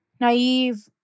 naive